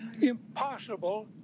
impossible